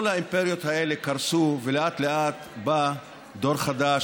כל האימפריות האלה קרסו ולאט-לאט בא דור חדש